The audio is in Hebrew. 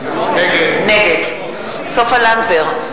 נגד סופה לנדבר,